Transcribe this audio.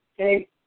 Okay